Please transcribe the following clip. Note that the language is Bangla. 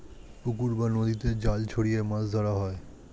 পুকুর বা নদীতে জাল ছড়িয়ে মাছ ধরা হয়